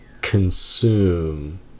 consume